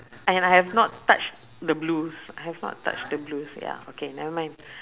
and I have not touch the blues I have not touch the blues ya okay nevermind